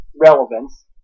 relevance